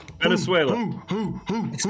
Venezuela